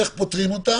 איך פותרים אותה?